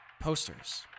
Posters